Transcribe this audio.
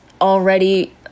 already